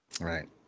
Right